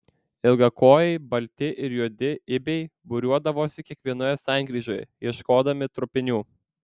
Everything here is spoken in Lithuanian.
ilgakojai balti ir juodi ibiai būriuodavosi kiekvienoje sankryžoje ieškodami trupinių